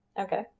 Okay